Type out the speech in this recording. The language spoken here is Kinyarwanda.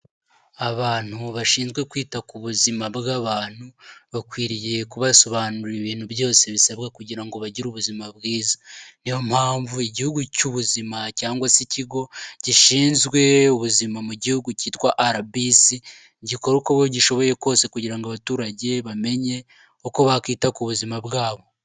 Abantu bashinzwe kwita ku buzima bw'abantu, bakwiriye kubasobanurira ibintu byose bisabwa kugira ngo bagire ubuzima bwiza, niyo mpamvu igihugu cy'ubuzima cyangwa se ikigo gishinzwe ubuzima mu gihugu cyitwa RBC, gikora uko ba gishoboye kose kugira ngo abaturage bamenye uko bakita ku buzima bwabo.